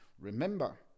Remember